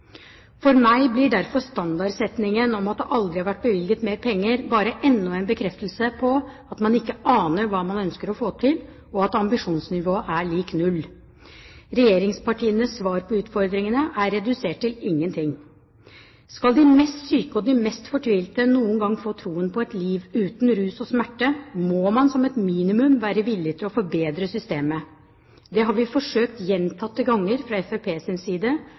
For meg blir derfor standardsetningen om at det aldri har vært bevilget mer penger, bare enda en bekreftelse på at man ikke aner hva man ønsker å få til, og at ambisjonsnivået er lik null. Regjeringspartienes svar på utfordringene er redusert til ingenting. Skal de mest syke og de mest fortvilte noen gang få troen på et liv uten rus og smerte, må man som et minimum være villig til å forbedre systemet. Det har vi forsøkt gjentatte ganger fra Fremskrittspartiets side,